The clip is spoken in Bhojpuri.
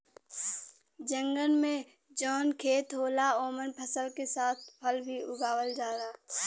जंगल में जौन खेत होला ओमन फसल के साथ फल भी उगावल जाला